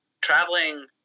traveling